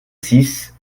six